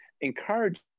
encourage